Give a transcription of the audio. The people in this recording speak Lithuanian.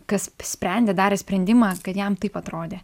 kas sprendė darė sprendimą kad jam taip atrodė